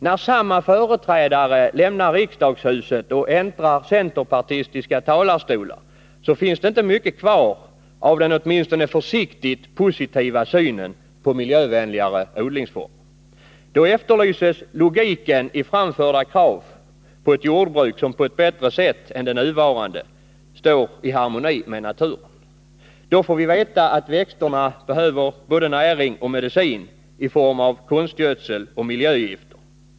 När samma företrädare lämnar riksdagshuset och äntrar centerpartistiska talarstolar finns det dock inte mycket kvar av den åtminstone försiktigt positiva synen på miljövänligare odlingsformer. Då efterlyses logiken i framförda krav på ett jordbruk som på ett bättre sätt än det nuvarande står i harmoni med naturen. Då får vi veta att växterna behöver både näring och medicin i form av konstgödsel och miljögifter.